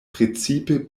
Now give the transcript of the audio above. precipe